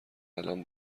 الان